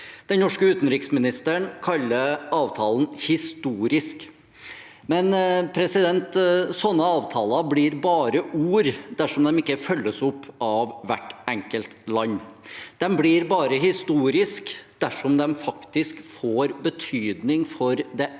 Den norske utenriksministeren kaller avtalen historisk, men sånne avtaler blir bare ord dersom de ikke følges opp av hvert enkelt land. De blir bare historiske dersom de faktisk får betydning for det enkelte